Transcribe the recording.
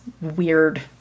weird